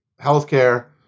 healthcare